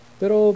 pero